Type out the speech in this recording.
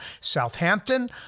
southampton